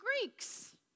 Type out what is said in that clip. Greeks